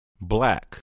Black